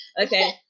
okay